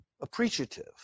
Appreciative